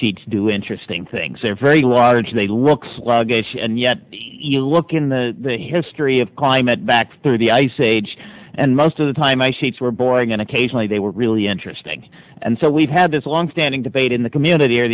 i do interesting things a very long they look sluggish and yet you look in the history of climate back through the ice age and most of the time my seats were boring and occasionally they were really interesting and so we've had this long standing debate in the community